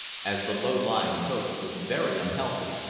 as the low-lying coast was very unhealthy,